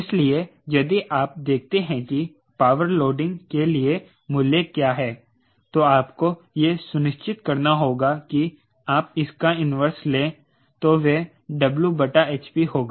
इसलिए यदि आप देखते हैं कि पावर लोडिंग के लिए मूल्य क्या है तो आपको यह सुनिश्चित करना होगा कि आप इसका इन्वर्स लें तो वह W बटा hp होगा